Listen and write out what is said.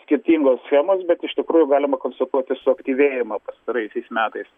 skirtingos schemos bet iš tikrųjų galima konstatuoti suaktyvėjimą pastaraisiais metais